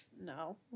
no